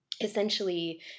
essentially